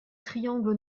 triangles